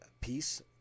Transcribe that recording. peace